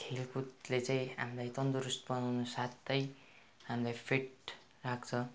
खेलकुदले चाहिँ हामीलाई तन्दुरुस्त बनाउनु साथै हामीलाई फिट राख्छ